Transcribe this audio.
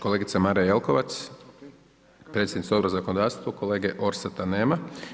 Kolega Mara Jelkovac, predsjednica Odbora za zakonodavstvo, kolege Orsata nema.